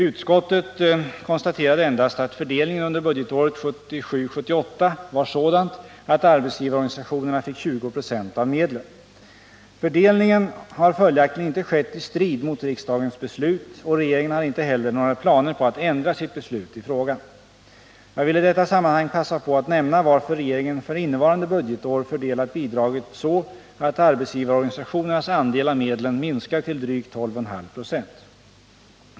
Utskottet konstaterade endast att fördelningen under budgetåret 1977/78 var sådan att arbetsgivarorganisationerna fick 20 96 av medlen. Fördelningen har följaktligen inte skett i strid mot riksdagens beslut och regeringen har inte heller några planer på att ändra sitt beslut i frågan. Jag vill i detta sammanhang passa på att nämna varför regeringen för innevarande budgetår fördelat bidraget så att arbetsgivarorganisationernas andel av medlen minskade till drygt 12,5 96.